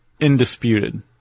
indisputed